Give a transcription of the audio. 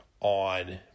on